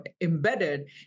embedded